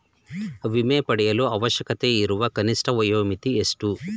ವಿಮೆ ಪಡೆಯಲು ಅವಶ್ಯಕತೆಯಿರುವ ಕನಿಷ್ಠ ವಯೋಮಿತಿ ಎಷ್ಟು?